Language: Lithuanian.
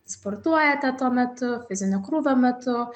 sportuojate tuo metu fizinio krūvio metu